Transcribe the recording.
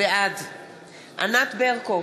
בעד ענת ברקו,